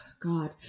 God